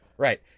Right